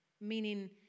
Meaning